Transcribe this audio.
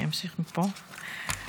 אני אמשיך מפה --- לאט-לאט,